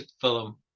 film